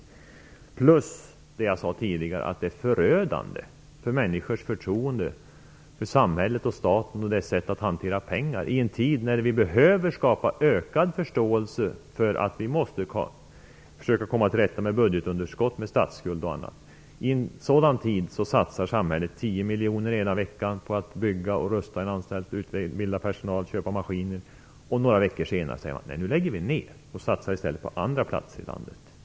Dessutom är det, som jag sade tidigare, förödande för människors förtroende för samhället och staten att på det här sättet hantera pengar i en tid när vi behöver skapa ökad förståelse för att vi måste försöka komma till rätta med budgetunderskott, statsskuld och annat. I en sådan tid satsar samhället ena veckan 10 miljoner på att bygga om och rusta en anstalt, utbilda personal och köpa maskiner. Några veckor senare säger man: Nu lägger vi ner och satsar på andra platser i landet.